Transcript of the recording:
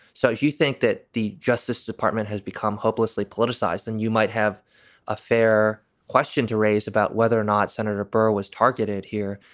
so do you think that the justice department has become hopelessly politicized and you might have a fair question to raise about whether or not senator burr was targeted here?